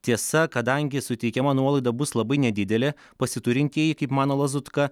tiesa kadangi suteikiama nuolaida bus labai nedidelė pasiturintieji kaip mano lazutka